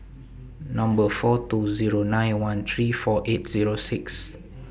Number four two Zero nine one three four eight Zero six